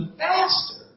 faster